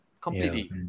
Completely